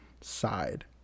side